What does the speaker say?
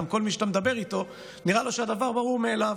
וגם לכל מי שאתה מדבר איתו נראה שהדבר ברור מאליו,